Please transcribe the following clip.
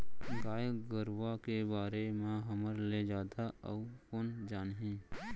गाय गरूवा के बारे म हमर ले जादा अउ कोन जानही